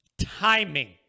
timing